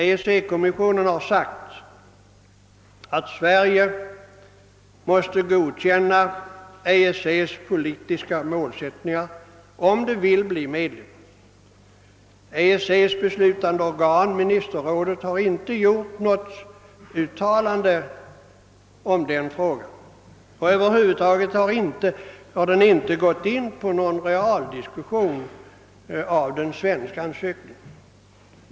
EEC-kommissionen har sagt att Sverige måste godkänna EEC:s politiska målsättningar, om det vill bli medlem. EEC:s beslutande organ, ministerrådet, har inte gjort något uttalande på den punkten och över huvud taget inte gått in på någon realdiskussion av den svenska ansökningen.